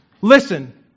Listen